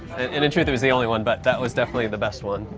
and in truth, it was the only one, but that was definitely the best one.